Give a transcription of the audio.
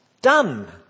done